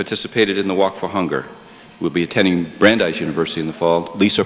participated in the walk for hunger will be attending brandeis university in the fall lisa